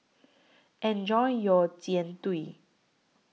Enjoy your Jian Dui